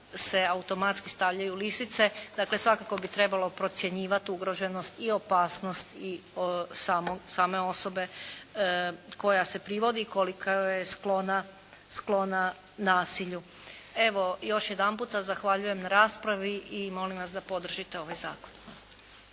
automatski stavljaju lisice. Dakle, svakako bi trebalo procjenjivati ugroženost i opasnost i same osobe koja se privodi i koliko je sklona nasilju. Evo, još jedanputa zahvaljujem na raspravi i molim vas da podržite ovaj zakon.